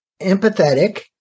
empathetic